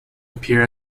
appear